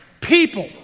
People